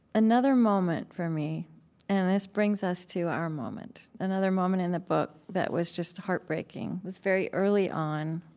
another moment for me and this brings us to our moment another moment in the book that was just heartbreaking. it was very early on.